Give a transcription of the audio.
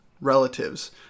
relatives